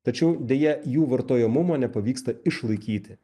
tačiau deja jų vartojamumo nepavyksta išlaikyti